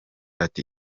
ati